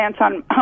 on